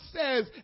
says